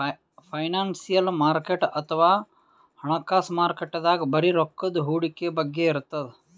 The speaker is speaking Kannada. ಫೈನಾನ್ಸಿಯಲ್ ಮಾರ್ಕೆಟ್ ಅಥವಾ ಹಣಕಾಸ್ ಮಾರುಕಟ್ಟೆದಾಗ್ ಬರೀ ರೊಕ್ಕದ್ ಹೂಡಿಕೆ ಬಗ್ಗೆ ಇರ್ತದ್